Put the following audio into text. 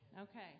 Okay